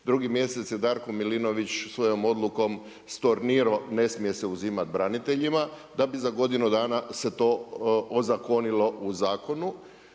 drugi mjesec je Darko Milinović svojom odlukom stornirao, ne smije se uzimati braniteljima, da bi za godinu dana se to ozakonilo u Zakonu